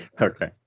Okay